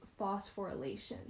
phosphorylation